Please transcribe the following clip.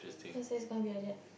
yes yes can't be like that